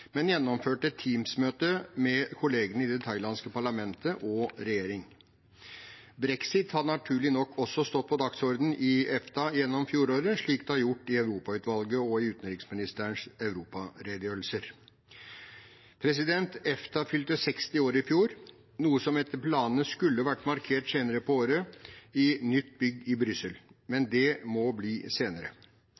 men gjennomførte et Teams-møte med kollegene i det thailandske parlamentet og regjeringen. Brexit har naturlig nok også stått på dagsordenen i EFTA gjennom fjoråret, slik det har gjort i Europautvalget og i utenriksministerens europaredegjørelser. EFTA fylte 60 år i fjor, noe som etter planen skulle vært markert senere på året, i nytt bygg i Brussel. Men